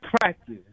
practice